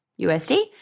USD